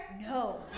no